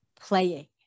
playing